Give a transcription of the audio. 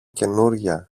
καινούρια